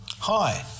Hi